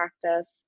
practice